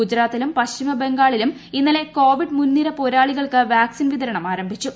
ഗുജറാത്തിലും പശ്ചിമ ബംഗാളിലും ഇന്നലെ കോവിഡ് മുൻനിര പോരാളികൾക്ക് വാക്സിൻ വിതരണം ആരംഭിച്ചു